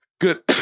Good